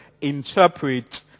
interpret